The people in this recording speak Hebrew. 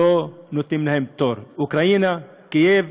אוקראינה, קייב,